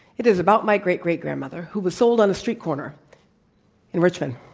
it is about my great-great-grandmother who was sold on a street corner in richmond.